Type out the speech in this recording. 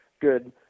good